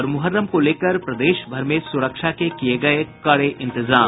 और मुहर्रम को लेकर प्रदेश भर में सुरक्षा के किये गये कड़े इंतजाम